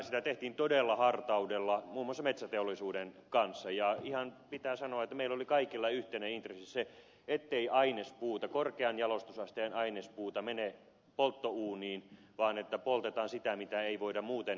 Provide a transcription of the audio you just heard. sitä tehtiin todella hartaudella muun muassa metsäteollisuuden kanssa ja ihan pitää sanoa että meillä oli kaikilla yhteinen intressi se ettei ainespuuta korkean jalostusasteen ainespuuta mene polttouuniin vaan että poltetaan sitä mitä ei voida muuten jalostaa